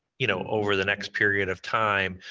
you know over the next period of time.